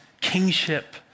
kingship